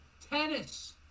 Tennis